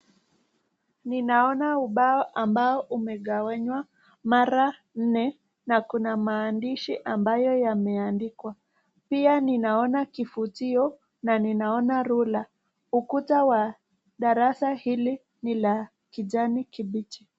Ninaona ubao ambaye imekawanywa mara nne kuna mandishi ambayo yameandikwa tena ninaona kifutio na ninaona rula, ukuta la darasa hili ni la kijani kibichi.